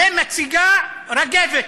ומציגה "רגבת".